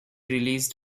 released